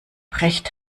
brecht